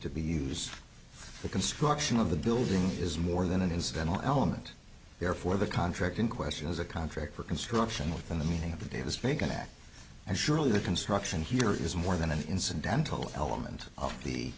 to be used for the construction of the building is more than it is an element therefore the contract in question has a contract for conscription within the meaning of the davis bacon act and surely the construction here is more than an incidental element of the